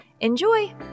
Enjoy